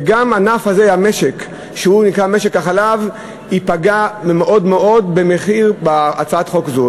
וגם ענף המשק שנקרא "משק החלב" ייפגע מאוד במחיר של הצעת החוק הזאת.